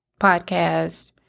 podcast